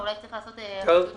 אולי צריך לעשות חידוד נוסף.